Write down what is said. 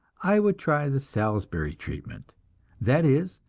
i would try the salisbury treatment that is,